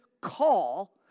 call